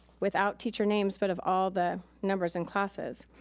without teacher names, but of all the numbers and classes.